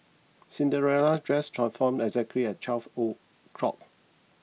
Cinderella dress transformed exactly at twelve o'clock